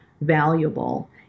valuable